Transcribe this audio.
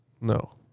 No